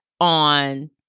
on